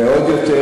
ועוד יותר,